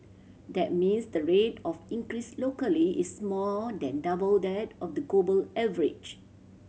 that means the rate of increase locally is more than double that of the global average